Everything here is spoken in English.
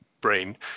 brain